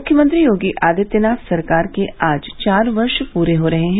मुख्यमंत्री योगी आदित्यनाथ सरकार के आज चार वर्ष पूरे हो रहे हैं